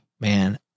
man